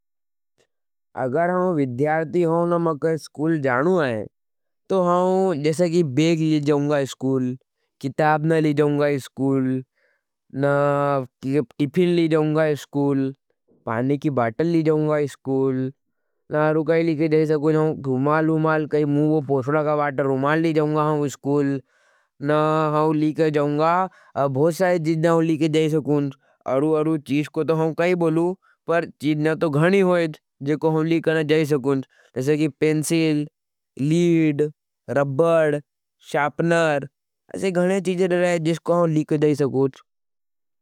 अगर हम विद्ध्यारती हो न में कै स्कूल जानू आएं, तो हम जैसे की बेग ले जाओंगा। स्कूल, किताब न ले जाओंगा स्कूल, टिफिन ले जाओंगा स्कूल, पानी की बाटल ले जाओंगा। स्कूल, अरु काई ले के जाए। सकुछ हम भुमाल भुमाल, काई मुझ बोचना का बाटल रुमाल ले जाओंगा। हम स्कूल, न हम ले के जाओंगा, भोषा हज। जिस न हम ले के जाए सकूछ, अरु अरु चीज़ को तो हम काई बोलू, पर चीज़ न तो घणी होईज। जिस को हम ले के जाए सकूछ, जैसे की पेंसिल, लीड, रबड, शापनर, असे घणे चीज़े ले जिस को हम ले के जाए सकूछ।